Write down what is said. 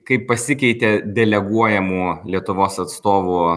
kaip pasikeitė deleguojamų lietuvos atstovų